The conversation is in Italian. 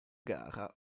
gara